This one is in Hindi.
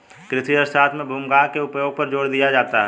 कृषि अर्थशास्त्र में भूभाग के उपयोग पर जोर दिया जाता है